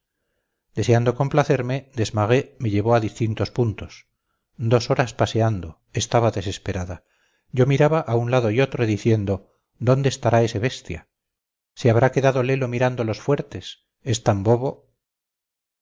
deseando complacerme desmarets me llevó a distintos puntos dos horas paseando estaba desesperada yo miraba a un lado y otro diciendo dónde estará ese bestia se habrá quedado lelo mirando los fuertes es tan bobo